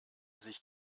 sich